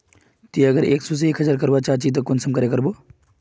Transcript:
ती अगर एक सो से एक हजार करवा चाँ चची ते कुंसम करे करबो?